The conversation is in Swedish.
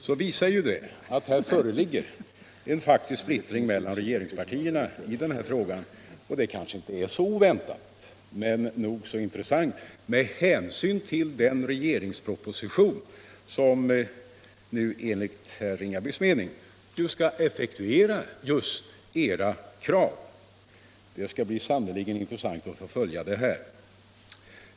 Det visar — gor att det föreligger en faktisk splittring mellan regeringspartierna i den här frågan. Och det kanske inte är så oväntat men nog så intressant, med hänsyn till den proposition som nu enligt herr Ringabys mening skall effektuera just moderaternas krav. Det skall sannerligen bli intressant att följa det här.